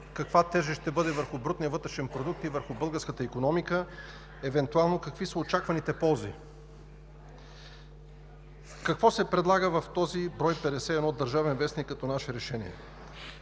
каква тежест ще бъде върху брутния вътрешен продукт и върху българската икономика, евентуално какви са очакваните ползи. Какво се предлага в брой 51 на „Държавен вестник“ като наше решение?